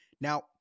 Now